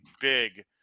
big